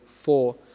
four